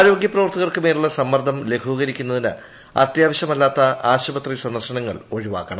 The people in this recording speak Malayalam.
ആരോഗ്യ പ്രവർത്തകർക്ക് മേലുള്ള സമ്മർദ്ദം ലഘൂകരിക്കുന്നതിന് അത്യാവശ്യമല്ലാത്ത ആശുപത്രി സന്ദർശനങ്ങൾ ഒഴിവാക്കണം